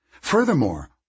Furthermore